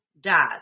Dad